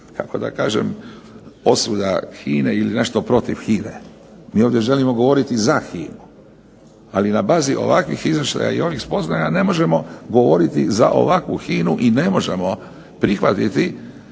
kako da kažem, posvuda HINA-e ili nešto protiv HINA-e. Mi ovdje želimo govoriti za HINA-u, ali na bazi ovakvih izvršaja i ovih spoznaja ne možemo govoriti za ovakvu HINA-u i ne možemo prihvatiti